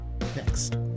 next